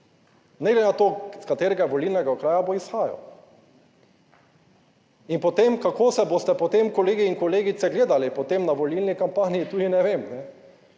ne glede na to, iz katerega volilnega okraja bo izhajal. In potem, kako se boste potem kolegi in kolegice gledali potem na volilni kampanji, tudi ne vem.